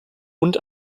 und